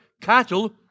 cattle